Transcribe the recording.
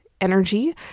energy